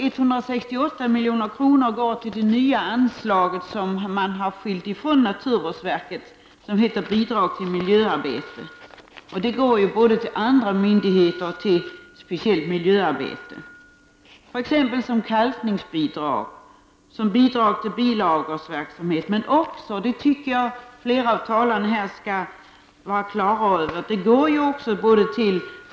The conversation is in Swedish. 168 milj.kr. går till det nya anslag som man har skilt från naturvårdsverket och som heter Bidrag till miljöarbete. Det går både till andra myndigheter och till speciellt miljöarbete, exempelvis som kalkningsbidrag och som bidrag till bilagårdsverksamhet. Men det går också, och det tycker jag att flera av talarna här skall vara på det klara med, till Naturskyddsföreningen som får över 1 — Prot.